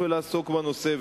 להפסיק לעסוק בנושא.